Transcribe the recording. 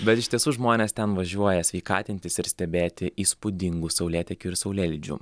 bet iš tiesų žmonės ten važiuoja sveikatintis ir stebėti įspūdingų saulėtekių ir saulėlydžių